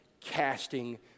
casting